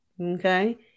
Okay